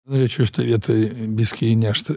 norėčiau šitoj vietoj biskį įnešt